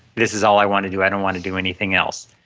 this is all i want to do. i don't want to do anything else.